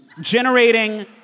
generating